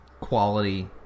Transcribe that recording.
quality